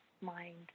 mind